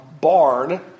barn